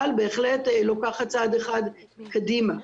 אבל בהחלט לוקחת צעד אחד קדימה.